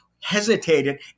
Hesitated